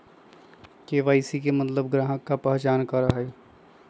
KYC के मतलब ग्राहक का पहचान करहई?